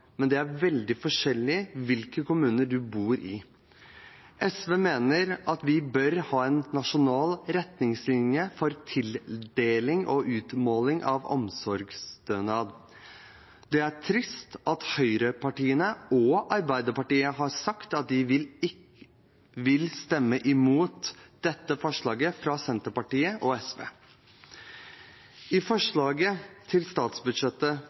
men det er veldig forskjellig ut fra hvilken kommune en bor i. SV mener at vi bør ha en nasjonal retningslinje for tildeling og utmåling av omsorgsstønad. Det er trist at høyrepartiene og Arbeiderpartiet har sagt at de vil stemme mot dette forslaget fra Senterpartiet og SV. I forslaget til